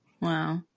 Wow